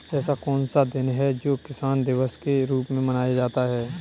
ऐसा कौन सा दिन है जो किसान दिवस के रूप में मनाया जाता है?